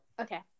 okay